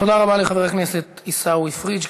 תודה רבה לחבר הכנסת עיסאווי פריג'.